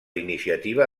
iniciativa